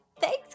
thanks